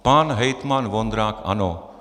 Pan hejtman Vondrák ano.